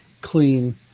clean